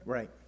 Right